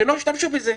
שלא השתמשו בזה.